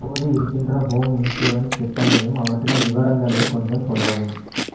தற்போது இருக்கின்ற home insurance திட்டங்களையும் அவற்றின் விவரங்களையும் கொஞ்சம் சொல்லவும்